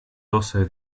also